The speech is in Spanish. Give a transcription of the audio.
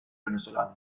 venezolano